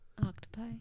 octopi